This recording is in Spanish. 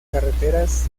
carreteras